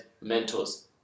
mentors